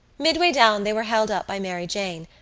midway down they were held up by mary jane,